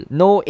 no